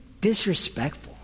disrespectful